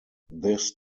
this